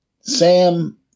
Sam